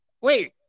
wait